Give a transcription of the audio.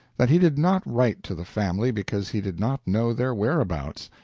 that he did not write to the family because he did not know their whereabouts,